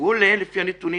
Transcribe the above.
הוא עולה לפי הנתונים.